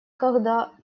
когда